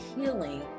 healing